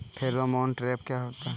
Pheromone trap क्या होता है?